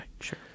Sure